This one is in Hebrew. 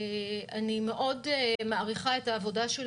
אני מאוד מעריכה את העבודה של